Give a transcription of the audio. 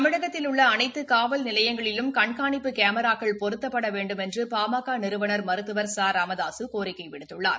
தமிழகத்தில் உள்ள அனைத்து காவல் நிலையங்களிலும் கண்காணிப்பு கேமராக்கள் பொருத்தப்பட வேண்டுமென்று பாமக நிறுவனர் மருத்துவர் ச ராமதாசு கோரிக்கை விடுத்துள்ளார்